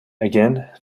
again